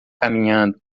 caminhando